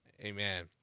amen